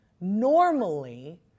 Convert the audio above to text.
Normally